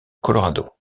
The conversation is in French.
colorado